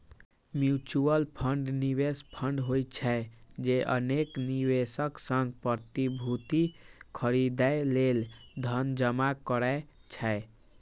mutual fund निवेश fund होइ छै, जे अनेक निवेशक सं प्रतिभूति खरीदै लेल धन जमा करै छै